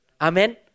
Amen